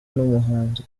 n’umuhanzi